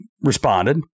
responded